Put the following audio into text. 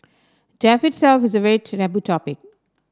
death itself is a very taboo topic